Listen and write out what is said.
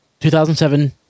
2007